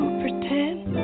pretend